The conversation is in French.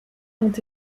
ont